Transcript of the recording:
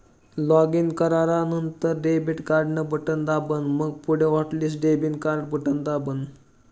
login करानंतर debit card न button दाबान, मंग पुढे हॉटलिस्ट डेबिट कार्डन बटन दाबान